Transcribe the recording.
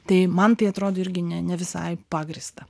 tai man tai atrodo irgi ne visai pagrįsta